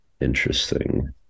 Interesting